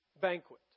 banquet